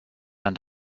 and